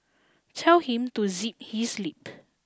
tell him to zip his lip